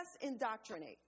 indoctrinate